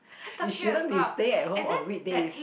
you shouldn't be staying at home on weekdays